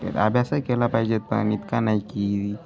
अभ्यासही केला पाहिजेत पण इतका नाही की